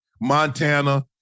Montana